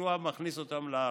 יהושע מכניס אותם לארץ,